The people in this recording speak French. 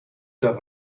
tard